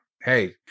hey